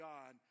God